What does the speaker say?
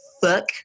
fuck